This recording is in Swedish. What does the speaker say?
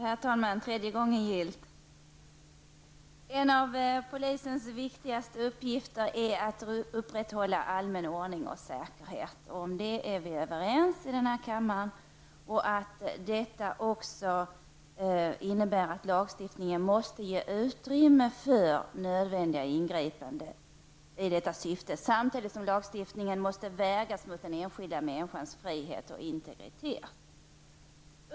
Herr talman! En av polisens viktigaste uppgifter är att upprätthålla allmän ordning och säkerhet. Om det är vi överens här i kammaren. Det innebär att lagstiftningen måste ge utrymme för nödvändiga ingripanden i detta syfte. Samtidigt måste lagstiftningen vägas mot den enskilda människans frihet och integritet.